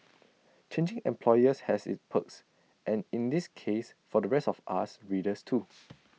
changing employers has its perks and in this case for the rest of us readers too